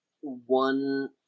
one